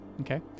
Okay